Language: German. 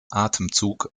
atemzug